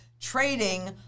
trading